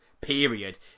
period